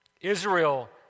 Israel